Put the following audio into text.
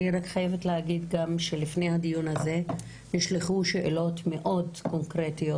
אני רק חייבת להגיד שלפני הדיון הזה נשלחו שאלות מאוד קונקרטיות